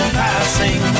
passing